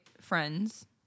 friends